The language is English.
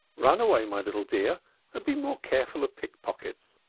run away, my little dear, and be more careful of pickpockets.